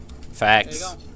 Facts